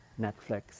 Netflix